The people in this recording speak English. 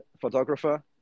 photographer